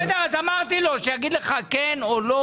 בסדר, אז אמרתי לו שיגיד לך כן או לא